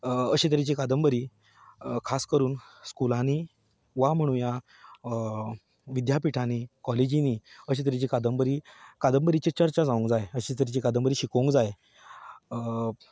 अशे तरेची कादंबरी खास करून स्कुलांनी वा म्हणुया विद्यापिठांनी कॉलेजीनीं अशें तरेची कादंबरी कादंबरीचेर चर्चा जावंक जाय अशी तरेची कादंबरी शिकोवंक जाय